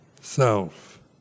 self